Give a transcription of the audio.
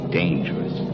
dangerous